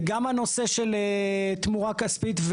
גם הנושא של תמורה כספית,